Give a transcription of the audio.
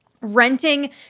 renting